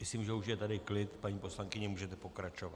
Myslím, že už je tady klid, paní poslankyně, můžete pokračovat.